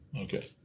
Okay